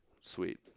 sweet